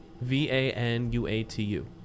V-A-N-U-A-T-U